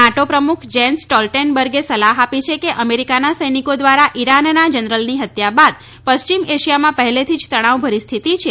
NATO પ્રમુખ Jens સ્ટોલ્ટેન બર્ગે ચેતવણી આપી છે કે અમેરિકાના સૈનિકો દ્વારા ઇરાનના જનરલની હત્યા બાદ પશ્ચિમ ઐશિયામાં પહેલેથી જ તણાવભરી સ્થિતિ છે